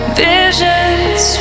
visions